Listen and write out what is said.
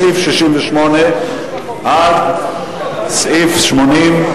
מסעיף 68 עד סעיף 80,